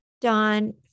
Don